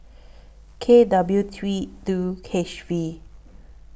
K W three two H V